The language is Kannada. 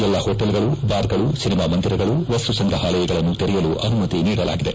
ಎಲ್ಲ ಹೋಟೆಲ್ಗಳು ಬಾರ್ಗಳು ಸಿನಿಮಾ ಮಂದಿರಗಳು ವಸ್ತು ಸಂಗ್ರಹಾಲಯಗಳನ್ನು ತೆರೆಯಲು ಅನುಮತಿ ನೀಡಲಾಗಿದೆ